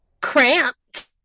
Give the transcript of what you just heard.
cramped